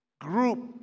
group